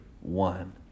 one